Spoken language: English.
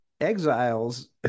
exiles